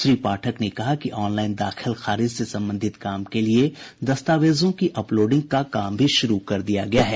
श्री पाठक ने कहा कि ऑनलाईन दाखिल खारिज से संबंधित काम के लिए दस्तावेजों की अपलोडिंग का काम भी शुरू कर दिया गया है